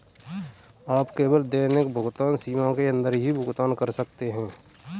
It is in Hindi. आप केवल दैनिक भुगतान सीमा के अंदर ही भुगतान कर सकते है